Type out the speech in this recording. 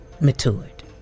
matured